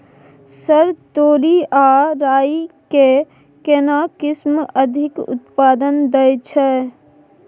Sir तोरी आ राई के केना किस्म अधिक उत्पादन दैय छैय?